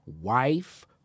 wife